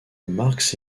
marks